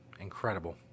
Incredible